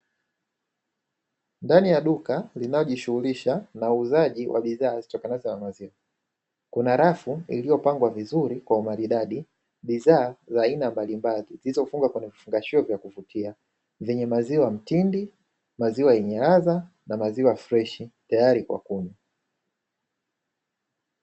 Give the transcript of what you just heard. Ndani ya duka linaojishughulisha na uuzaji wa bidhaa zitokanazo za maziwa, kuna rafu iliyopangwa vizuri kwa umaridadi bidhaa za aina mbalimbali zilizofungwa kwenye vifungashio vya kuvutia, vyenye maziwa mtindi, maziwa yenye ladha na maziwa freshi tayari kwa kunywa.